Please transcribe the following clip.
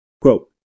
Quote